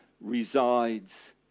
resides